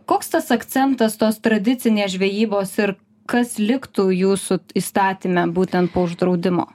koks tas akcentas tos tradicinės žvejybos ir kas liktų jūsų įstatyme būtent po uždraudimo